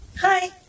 Hi